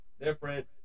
different